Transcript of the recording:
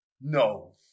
no